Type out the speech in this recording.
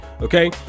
okay